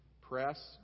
Press